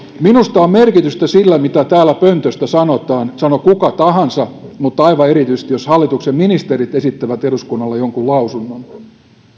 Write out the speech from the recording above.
minusta on merkitystä sillä mitä täältä pöntöstä sanotaan sanoi kuka tahansa mutta aivan erityisesti jos hallituksen ministerit esittävät eduskunnalle jonkun lausunnon